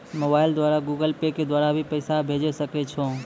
Mobile द्वारा Google Pay के द्वारा भी पैसा भेजै सकै छौ?